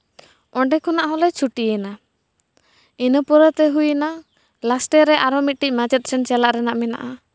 ᱚᱸᱰᱮ ᱠᱷᱚᱱᱟᱜ ᱦᱚᱸᱞᱮ ᱪᱷᱩᱴᱤᱭᱮᱱᱟ ᱤᱱᱟᱹ ᱯᱚᱨᱮᱛᱮ ᱦᱩᱭᱮᱱᱟ ᱞᱟᱥᱴᱮ ᱨᱮ ᱟᱨᱚ ᱢᱤᱫᱴᱮᱱ ᱢᱟᱪᱮᱫ ᱴᱷᱮᱱ ᱪᱟᱞᱟᱜ ᱨᱮᱱᱟᱜ ᱢᱮᱱᱟᱜᱼᱟ